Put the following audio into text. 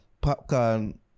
popcorn